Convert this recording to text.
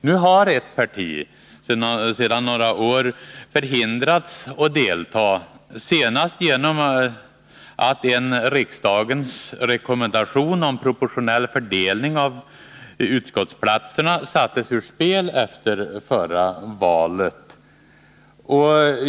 Nu har ett parti sedan några år förhindrats att delta, senast genom att en riksdagens rekommendation om proportionell fördelning av utskottsplatserna sattes ur spel efter förra valet.